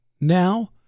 now